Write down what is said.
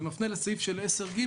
ומפנה לסעיף של 10(ג),